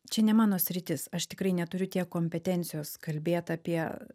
čia ne mano sritis aš tikrai neturiu tiek kompetencijos kalbėt apie